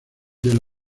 del